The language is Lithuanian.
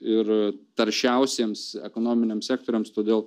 ir taršiausiems ekonominiams sektoriams todėl